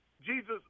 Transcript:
Jesus